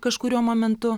kažkuriuo momentu